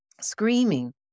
screaming